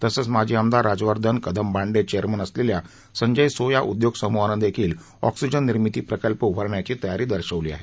तसंच माजी आमदार राजवर्धन कदमबांडे चेअरमन असलेल्या संजय सोया उद्योगसमुहानं देखील ऑक्सिजन निर्मिती प्रकल्प उभारण्याची तयारी दर्शवली आहे